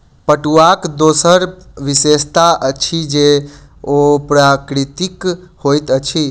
पटुआक दोसर विशेषता अछि जे ओ प्राकृतिक होइत अछि